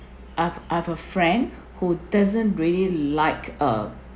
I've I have a friend who doesn't really like uh